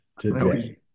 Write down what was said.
today